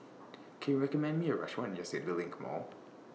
Can YOU recommend Me A Restaurant near CityLink Mall